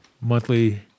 monthly